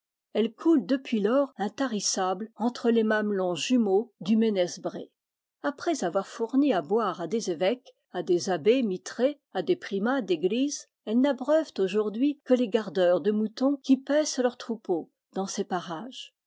elles coulent depuis lors intarissables entre les mame lons jumeaux du ménez bré après avoir fourni à boire à des évêques à des abbés mitrés à des primats d'eglise elles n'abreuvent aujourd'hui que les gardeurs de moutons qui paissent leurs troupeaux dans ces parages